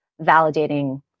validating